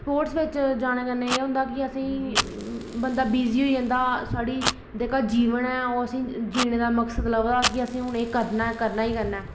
sports बिच जाने कन्नै एह् होंदा की असेंगी बंदा बिज़ी होई जंदा साढ़ी जेह्का जीवन ऐ ओह् असेंगी जीने दा मक्सद लभदा कि हून असेंगी एह् करना गै करना ऐ